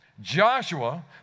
Joshua